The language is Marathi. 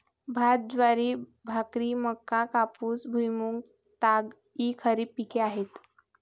भात, ज्वारी, बाजरी, मका, कापूस, भुईमूग, ताग इ खरीप पिके आहेत